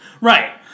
Right